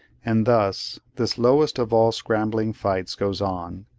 and thus this lowest of all scrambling fights goes on,